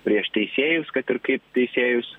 prieš teisėjus kad ir kaip teisėjus